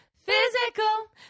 physical